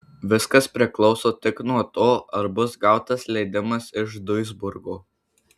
viskas priklauso tik nuo to ar bus gautas leidimas iš duisburgo